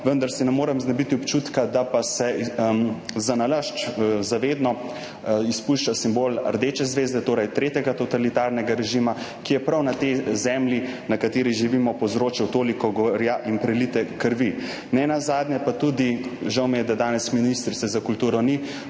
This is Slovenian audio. vendar se ne morem znebiti občutka, da pa se zanalašč, zavedno izpušča simbol rdeče zvezde, torej tretjega totalitarnega režima, ki je prav na tej zemlji, na kateri živimo, povzročil toliko gorja in prelite krvi. Nenazadnje pa tudi – žal mi je, da danes ministrice za kulturo ni,